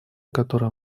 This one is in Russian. которые